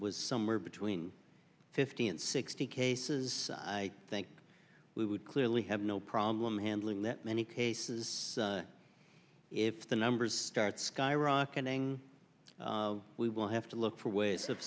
was somewhere between fifty and sixty cases i think we would clearly have no problem handling that many cases if the numbers start skyrocketing we will have to look for ways of